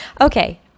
Okay